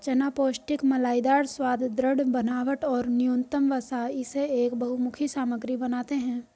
चना पौष्टिक मलाईदार स्वाद, दृढ़ बनावट और न्यूनतम वसा इसे एक बहुमुखी सामग्री बनाते है